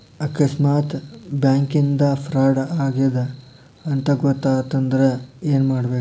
ಆಕಸ್ಮಾತ್ ಬ್ಯಾಂಕಿಂದಾ ಫ್ರಾಡ್ ಆಗೇದ್ ಅಂತ್ ಗೊತಾತಂದ್ರ ಏನ್ಮಾಡ್ಬೇಕು?